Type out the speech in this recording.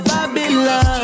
Babylon